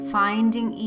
finding